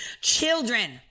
children